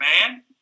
man